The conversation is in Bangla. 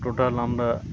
টোটাল আমরা